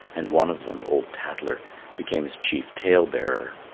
and one of them old tatler became his chief tale-bearer.